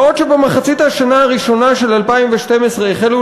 בעוד שבמחצית השנה הראשונה של 2012 החלו